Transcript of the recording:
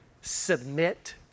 submit